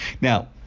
Now